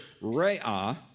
re'ah